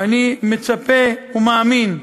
ואני מצפה ומאמין,